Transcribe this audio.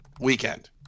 weekend